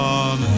on